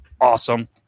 Awesome